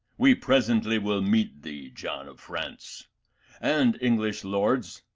we presently will meet thee, john of france and, english lords,